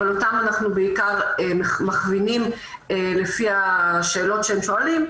אבל אותם אנחנו בעיקר מכווינים לפי השאלות שהם שואלים,